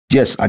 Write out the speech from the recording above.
Yes